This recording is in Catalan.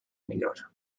millora